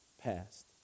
past